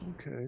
okay